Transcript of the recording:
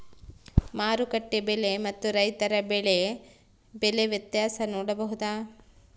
ಮಾರುಕಟ್ಟೆ ಬೆಲೆ ಮತ್ತು ರೈತರ ಬೆಳೆ ಬೆಲೆ ವ್ಯತ್ಯಾಸ ನೋಡಬಹುದಾ?